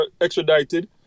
extradited